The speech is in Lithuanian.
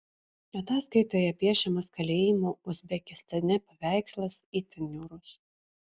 ataskaitoje piešiamas kalėjimų uzbekistane paveikslas itin niūrus